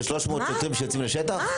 של שלוש מאות שוטרים שיוצאים לשטח?